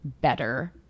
better